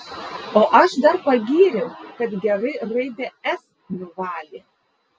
o aš dar pagyriau kad gerai raidę s nuvalė